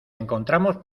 encontramos